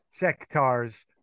sectars